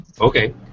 Okay